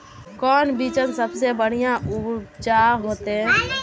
कौन बिचन सबसे बढ़िया उपज होते?